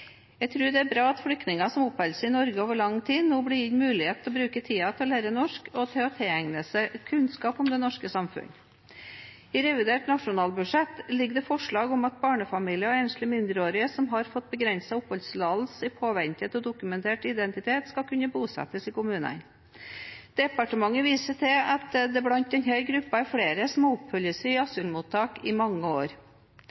Jeg tror det er bra at flyktninger som oppholder seg i Norge over lang tid, blir gitt muligheten til å lære norsk og tilegne seg kunnskap om det norske samfunn. I revidert nasjonalbudsjett ligger det forslag om at barnefamilier og enslige mindreårige som har fått begrenset oppholdstillatelse i påvente av dokumentert identitet, skal kunne bosettes i kommunene. Departementet viser til at det i denne gruppen er flere som har oppholdt seg på asylmottak i